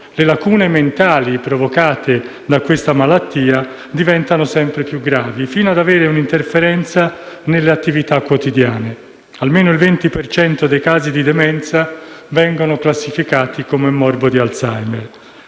le lacune mentali provocate da questa malattia diventano sempre più gravi, fino ad avere un'interferenza con le attività quotidiane. Almeno il 20 per cento dei casi di demenza vengono classificati come morbo di Alzheimer.